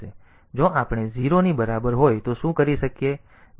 તેથી જો આપણે 0 ની બરાબર હોય તો શું કરીએ